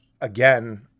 again